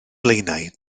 blaenau